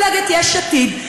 מפלגת העבודה וגם מפלגת יש עתיד,